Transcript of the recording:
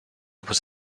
was